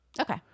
Okay